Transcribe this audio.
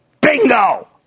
Bingo